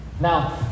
Now